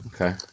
Okay